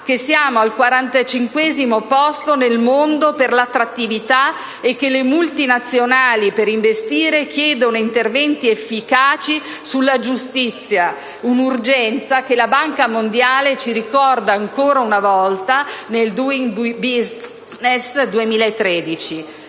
che siamo al 45° posto nel mondo per attrattività e che le multinazionali per investire chiedono interventi efficaci sulla giustizia, un'urgenza che la Banca mondiale ci ricorda ancora una volta nel Doing Business 2013.